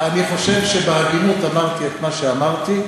אני חושב שבהגינות אמרתי את מה שאמרתי,